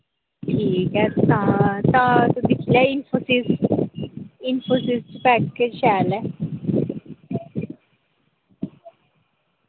ठीक ऐ तां तां तू दिक्खी लै इंफोसिस इंफोसिस च पैकेज शैल ऐ